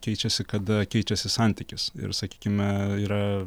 keičiasi kada keičiasi santykis ir sakykime yra